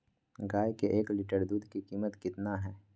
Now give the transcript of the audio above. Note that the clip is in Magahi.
गाय के एक लीटर दूध का कीमत कितना है?